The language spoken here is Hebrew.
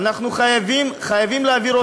אנחנו חייבים להעביר אותו עכשיו.